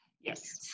Yes